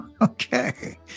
Okay